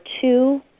two